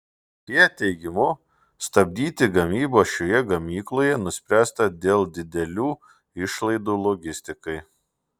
fiat teigimu stabdyti gamybą šioje gamykloje nuspręsta dėl didelių išlaidų logistikai